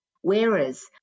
Whereas